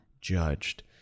judged